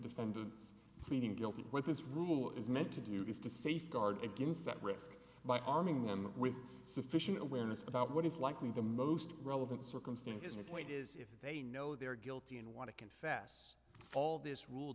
defendants pleading guilty what this rule is meant to do is to safeguard against that risk by arming them with sufficient awareness about what is likely the most relevant circumstances my point is if they know they're guilty and want to confess all this rule